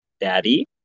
Daddy